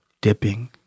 dipping